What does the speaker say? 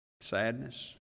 sadness